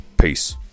Peace